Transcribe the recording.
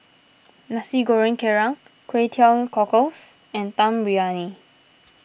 Nasi Goreng Kerang Kway Teow Cockles and Dum Briyani